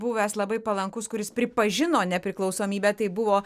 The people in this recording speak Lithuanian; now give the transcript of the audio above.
buvęs labai palankus kuris pripažino nepriklausomybę tai buvo